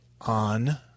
on